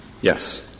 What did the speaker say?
Yes